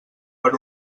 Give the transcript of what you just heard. per